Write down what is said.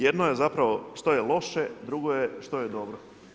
Jedno je zapravo što je loše, drugo je što je dobro.